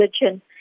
religion